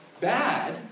bad